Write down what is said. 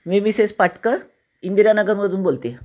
मी Mrs Patkar इंदिरानगरमधून बोलते